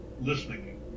listening